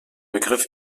begriff